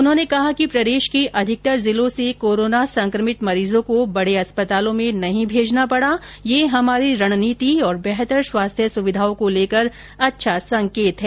उन्होंने कहा कि प्रदेश के अधिकतर जिलों से कोरोना संक्रमित मरीजों को बड़े अस्पतालों में नहीं भेजना पड़ा यह हमारी रणनीति और बेहतर स्वास्थ्य सुविधाओं को लेकर अच्छा संकेत है